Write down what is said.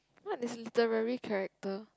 what is literary characters